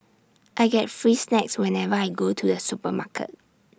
I get free snacks whenever I go to the supermarket